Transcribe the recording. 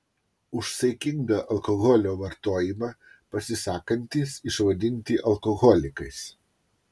už saikingą alkoholio vartojimą pasisakantys išvadinti alkoholikais